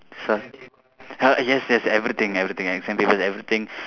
sorry uh yes yes everything everything exam papers everything